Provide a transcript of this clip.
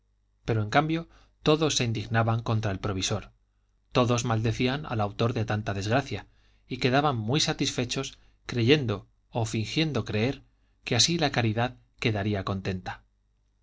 pero en cambio todos se indignaban contra el provisor todos maldecían al autor de tanta desgracia y quedaban muy satisfechos creyendo o fingiendo creer que así la caridad quedaría contenta